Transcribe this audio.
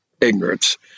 ignorance